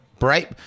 Right